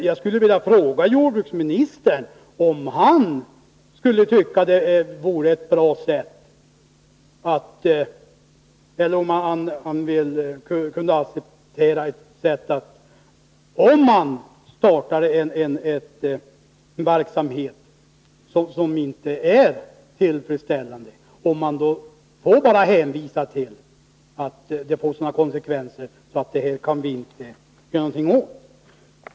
Jag skulle vilja fråga jordbruksministern om han kan acceptera ett tillvägagångssätt innebärande att man startar en verksamhet som inte är tillfredsställande och sedan bara hänvisar till att det skulle få så omfattande konsekvenser att avbryta denna verksamhet att det är omöjligt.